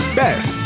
best